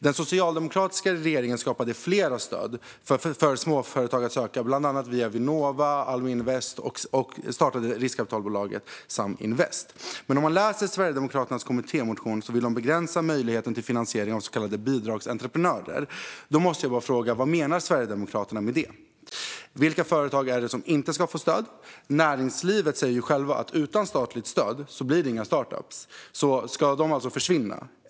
Den socialdemokratiska regeringen skapade flera stöd för småföretag att söka, bland annat via Vinnova och Almi Invest, och startade rikskapitalbolaget Saminvest. Nu skriver Sverigedemokraterna i sin kommittémotion att de vill begränsa möjligheten till finansiering för det de kallar bidragsentreprenörer. Då måste jag fråga: Vad menar Sverigedemokraterna med det? Vilka företag är det som inte ska få stöd? Näringslivet säger själva att utan statligt stöd blir det inga startups. Ska de alltså försvinna?